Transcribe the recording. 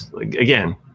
Again